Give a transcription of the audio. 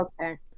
okay